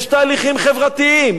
יש תהליכים חברתיים,